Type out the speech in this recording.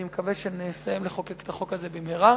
אני מקווה שנסיים לחוקק את החוק הזה במהרה